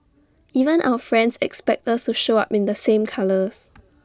even our friends expect us to show up in the same colours